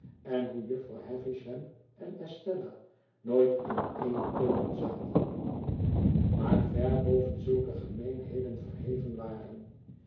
en hoe jufvrouw havisham en estella nooit in eene keuken zaten maar ver boven zulke gemeenheden verheven waren